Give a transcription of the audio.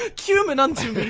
ah cumin unto me!